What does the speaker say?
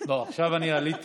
לא, עכשיו אני עליתי.